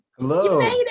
Hello